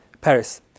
Paris